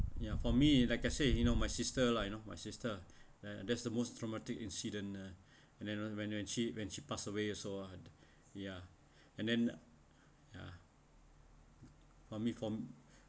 ya for me like I say you know my sister lah you know my sister uh that's the most traumatic incident uh and then when when when she when she passed away also ah ya and then ya for me for me